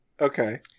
Okay